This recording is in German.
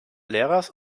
lehrers